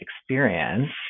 experience